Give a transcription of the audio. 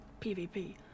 PvP